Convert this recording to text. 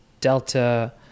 Delta